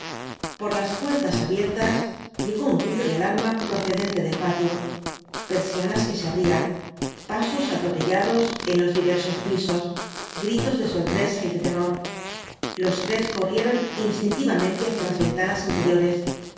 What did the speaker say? por las puertas abiertas llegó un ruido de alarma procedente del patio persianas que se abrían pasos atropellados en los diversos pisos gritos de sorpresa y de terror los tres corrieron instintivamente hacia las ventanas interiores